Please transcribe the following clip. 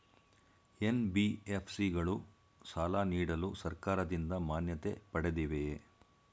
NBFC ಗಳು ಸಾಲ ನೀಡಲು ಸರ್ಕಾರದಿಂದ ಮಾನ್ಯತೆ ಪಡೆದಿವೆಯೇ?